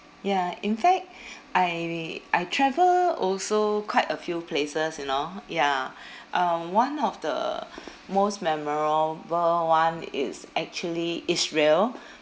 ya in fact I I travel also quite a few places you know ya uh one of the most memorable one is actually israel